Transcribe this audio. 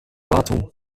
wartung